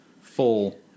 full